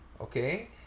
Okay